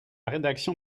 rédaction